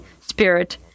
Spirit